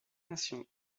nation